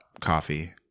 coffee